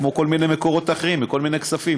כמו כל מיני מקורות אחרים וכל מיני כספים,